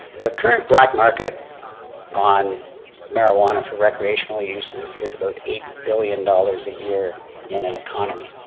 the current black market on marijuana for recreational use is is about eight billion dollars a year in an economy.